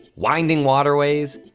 winding waterways,